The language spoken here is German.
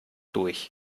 durch